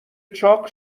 چاق